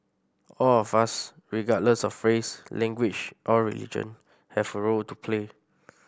all of us regardless of race language or religion have a role to play